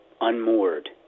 unmoored